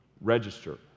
register